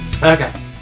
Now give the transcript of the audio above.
Okay